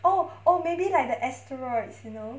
oh oh maybe like the asteroids you know